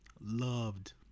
loved